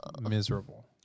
miserable